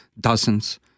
dozens